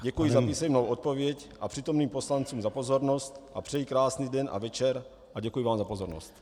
Děkuji za písemnou odpověď a přítomným poslancům za pozornost a přeji krásný den a večer a děkuji vám za pozornost.